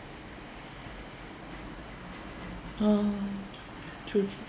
ah true true